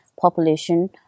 population